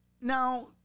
Now